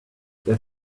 their